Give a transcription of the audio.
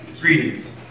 Greetings